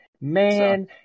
man